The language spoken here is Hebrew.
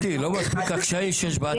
יש לנו מגוון של קשיים.